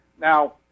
Now